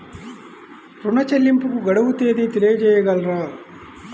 ఋణ చెల్లింపుకు గడువు తేదీ తెలియచేయగలరా?